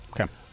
Okay